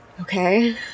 Okay